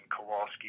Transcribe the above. kowalski